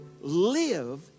live